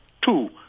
two